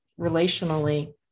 relationally